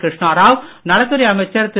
கிருஷ்ணாராவ் நலத்துறை அமைச்சர் திரு